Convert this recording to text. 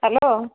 hello